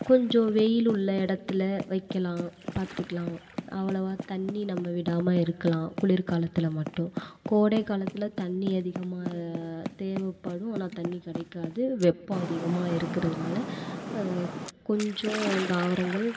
கொஞ்சம் வெயில் உள்ள இடத்துல வைக்கலாம் பார்த்துக்கலாம் அவ்ளோவாக தண்ணி நம்ம விடாமல் இருக்கலாம் குளிர் காலத்தில் மட்டும் கோடை காலத்தில் தண்ணி அதிகமாக தேவைப்படும் ஆனால் தண்ணி கிடைக்காது வெப்பம் அதிகமாக இருக்கிறதுனால கொஞ்சம் தாவரங்கள்